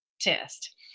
test